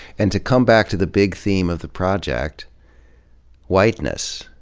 and to come back to the big theme of the project whiteness.